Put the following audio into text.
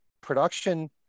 production